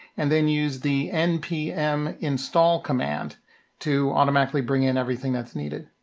and then use the npm install command to automatically bring in everything that's needed.